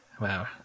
Wow